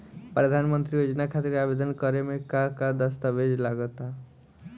प्रधानमंत्री योजना खातिर आवेदन करे मे का का दस्तावेजऽ लगा ता?